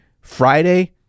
Friday